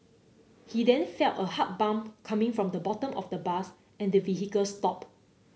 he then felt a hard bump coming from the bottom of the bus and the vehicle stop